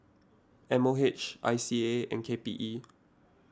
M O H I C A and K P E